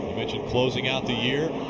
closing out the year.